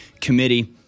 committee